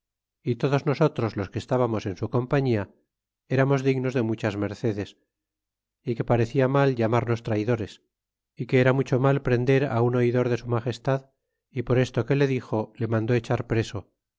y todos nosotros los que estábamos en su compañia eramos dignos de muchas mercedes y que parcela nal llamarnos traydores y que era mucho mal prender un oidor de su magestad y por esto que le dixo le mandó echar preso